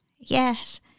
Yes